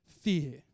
fear